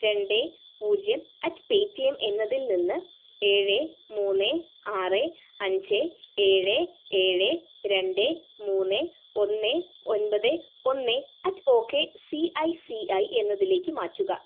രണ്ട് പൂജ്യം at Paytm എന്നതിൽ നിന്ന് ഏഴ് മൂന്ന് ആറ് അഞ്ച് ഏഴ് ഏഴ് രണ്ട് മൂന്ന് ഒന്ന് ഒൻപത് ഒന്ന് at O K C I C I എന്നതിലേക്ക് മാറ്റുക